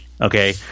okay